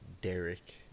Derek